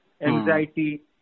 anxiety